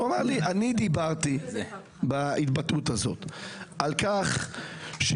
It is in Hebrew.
הוא אמר לי: בהתבטאות הזאת דיברתי על כך שיש